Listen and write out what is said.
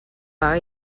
vaga